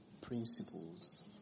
principles